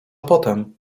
potem